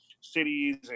cities